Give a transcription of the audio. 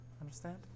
Understand